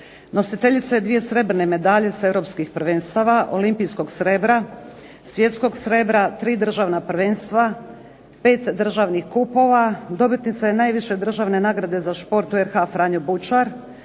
Nositeljica je dvije srebrne medalje sa europskih prvenstava, olimpijskog srebra, svjetskog srebra, tri državna prvenstva, pet državnih kupova. Dobitnica je najviše državne nagrade za šport u RH Franjo Bučar.